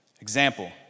example